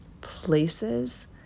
places